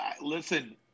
listen